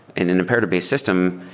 in an imperative-based system,